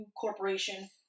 Corporation